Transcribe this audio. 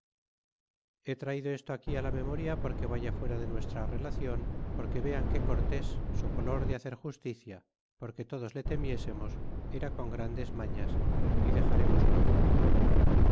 he traido esto aquí la memoria aunque vaya fuera de nuestra relacion porque vean que cortés socolor de hacer justicia por que todos le temiésemos era con grandes mañas y dexaremoslo aquí